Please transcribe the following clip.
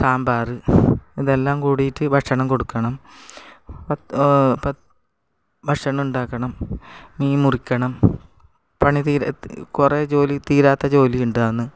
സാമ്പാർ ഇതെല്ലാം കൂടിയിട്ട് ഭക്ഷണം കൊടുക്കണം പത്തു ഭക്ഷണമുണ്ടാക്കണം മീൻ മുറിക്കണം പണി തീരാ കുറേ ജോലി തീരാത്ത ജോലി എന്താണെന്ന്